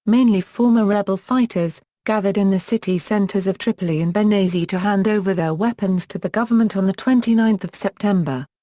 mainly former rebel fighters, gathered in the city centers of tripoli and benghazi to hand over their weapons to the government on the twenty ninth of september.